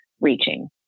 reaching